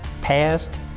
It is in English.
past